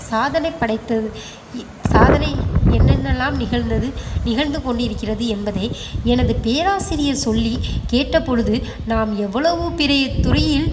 சாதனை படைத்தது சாதனை என்னென்ன எல்லாம் நிகழ்ந்தது நிகழ்ந்து கொண்டிருக்கிறது என்பதை எனது பேராசிரியர் சொல்லி கேட்ட பொழுது நாம் எவ்வளவோ பெரிய துறையில்